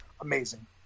amazing